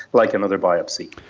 like another biopsy.